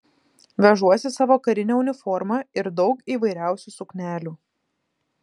vežuosi savo karinę uniformą ir daug įvairiausių suknelių